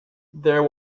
there